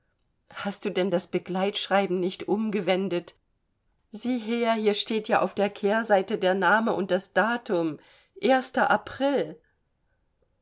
hast du denn das begleitschreiben nicht umgewendet sieh her hier steht ja auf der kehrseite der name und das datum erster april